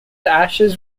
ashes